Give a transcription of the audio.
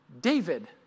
David